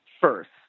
first